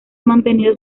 mantenido